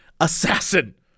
assassin